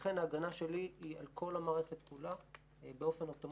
ולכן ההגנה שלי היא על כל המערכת כולה באופן אוטומטי.